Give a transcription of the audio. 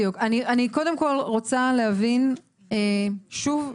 אני קודם כל רוצה להבין שוב,